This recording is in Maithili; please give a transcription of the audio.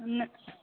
नहि